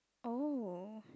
O